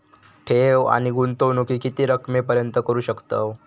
ठेव आणि गुंतवणूकी किती रकमेपर्यंत करू शकतव?